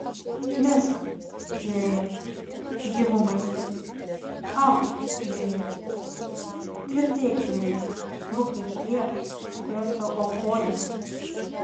misk žvėrie gyvu maistu auk žvėrie tvirtėk žvėrie būk kaip tie kuriuos tau aukojame